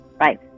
right